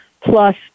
plus